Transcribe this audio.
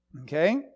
Okay